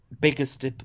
biggest